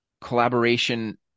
Collaboration